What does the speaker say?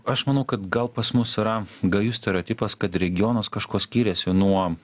aš manau kad gal pas mus yra gajus stereotipas kad regionas kažkuo skiriasi nuo